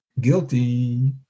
guilty